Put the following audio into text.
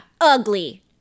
Ugly